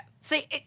See